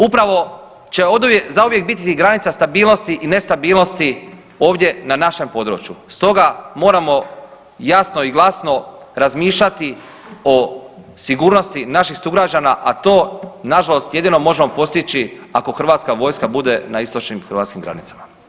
Upravo će oduvijek, zauvijek biti granica stabilnosti i nestabilnosti ovdje na našem području stoga moramo jasno i glasno razmišljati o sigurnosti naših sugrađana, a to nažalost jedino možemo postići ako Hrvatska vojska na istočnim hrvatskim granicama.